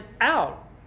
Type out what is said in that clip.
out